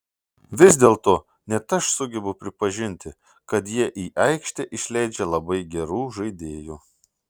vis dėlto net aš sugebu pripažinti kad jie į aikštę išleidžia labai gerų žaidėjų